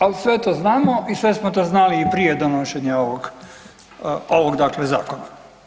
Ali, sve to znamo i sve smo to znali i prije donošenja ovog dakle zakona.